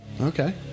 okay